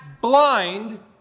blind